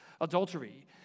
adultery